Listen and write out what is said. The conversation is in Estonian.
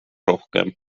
rohkem